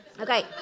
Okay